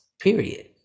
period